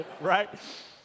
Right